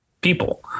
people